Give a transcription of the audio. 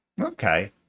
Okay